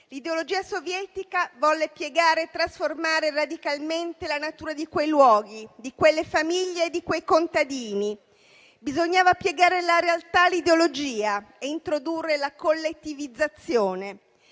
L'ideologia sovietica volle piegare e trasformare radicalmente la natura di quei luoghi, di quelle famiglie, di quei contadini. Bisognava piegare la realtà all'ideologia, introdurre la collettivizzazione